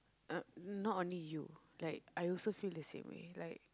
not only you like I also feel the same way like